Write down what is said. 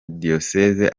diyosezi